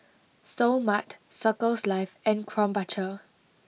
Seoul Mart Circles Life and Krombacher